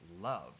love